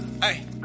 hey